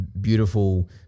beautiful